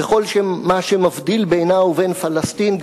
וכל מה שמבדיל בינה לבין פלסטין,